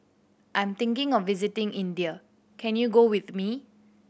I'm thinking of visiting India can you go with me